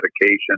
medication